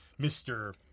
Mr